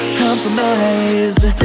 compromise